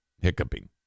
hiccuping